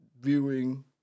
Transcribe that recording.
viewing